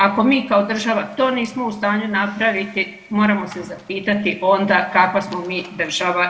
Ako mi kao država to nismo u stanju napraviti, moramo se zapitati onda kakva smo mi država.